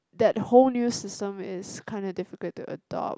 that whole new system is kinda difficult to adopt